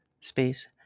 space